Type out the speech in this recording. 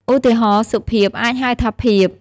ឧទាហរណ៍ “សុភាព” អាចហៅថា “ភាព”។